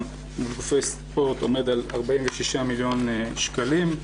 עם גופי ספורט עומד על 46 מיליון שקלים.